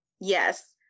yes